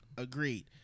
agreed